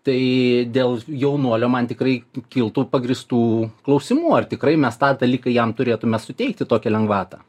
tai dėl jaunuolio man tikrai ki kiltų pagrįstų klausimų ar tikrai mes tą dalyką jam turėtume suteikti tokią lengvatą